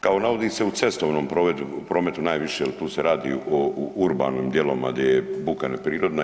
Kao navodi se u cestovnom prometu najviše jel tu se radi o, u urbanim dijelovima gdje je buka neprirodna.